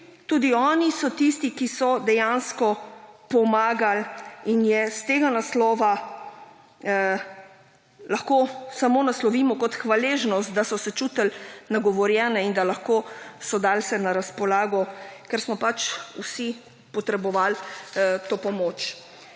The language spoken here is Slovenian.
tudi oni so tisti, ki so dejansko pomagali in je iz tega naslova lahko samo naslovimo kot hvaležnost, da so se čutili nagovorjene, in da lahko so dali vse na razpolago, ker smo pač vsi potrebovali to pomoč.